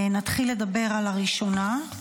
נתחיל לדבר על הראשונה,